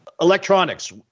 electronics